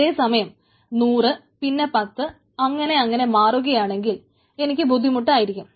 അതേ സമയം 100 പിന്നെ 10 അങ്ങനെ അങ്ങനെ മാറുകയാണെങ്കിൽ എനിക്ക് ബുദ്ധിമുട്ട് ആയിരിക്കും